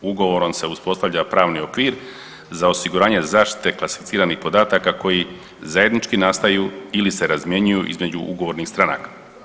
Ugovorom se uspostavlja pravni okvir za osiguranje zaštite klasificiranih podataka koji zajednički nastaju ili se razmjenjuju između ugovornih stranaka.